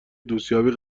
دوستیابی